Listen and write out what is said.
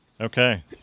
Okay